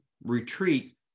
retreat